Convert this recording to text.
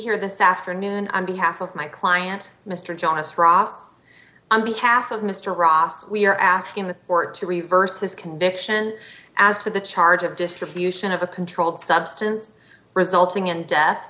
here this afternoon on behalf of my client mr jonas ross on behalf of mr ross we're asking the court to reverse this conviction as to the charge of distribution of a controlled substance resulting in de